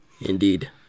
Indeed